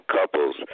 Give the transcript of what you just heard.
couples